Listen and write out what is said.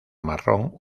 marrón